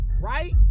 right